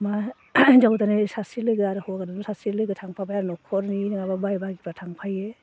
मा हिनजाव गोदानजों सासे लोगो आरो हौवा गोदानजों सासे लोगो थांफाबाय आरो न'खरनि बाय बाहागिफोरा थांफायो